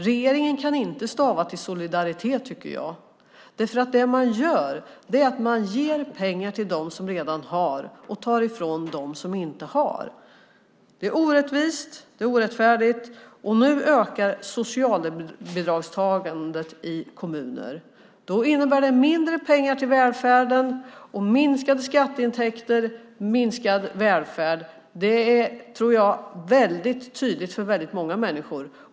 Regeringen kan inte stava till solidaritet, tycker jag. Det man gör är nämligen att man ger pengar till dem som redan har och tar ifrån dem som inte har. Det är orättvist. Det är orättfärdigt. Nu ökar socialbidragstagandet i kommuner. Det innebär mindre pengar till välfärden. Det är minskade skatteintäkter, minskad välfärd. Det är, tror jag, väldigt tydligt för många människor.